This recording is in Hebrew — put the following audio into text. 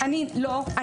לא.